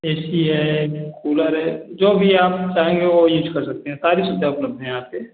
AC है cooler है जो भी आप चाहेंगे वो यूज कर सकते हैं सारी सुविधा उपलब्ध है यहाँ पर